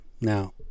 Now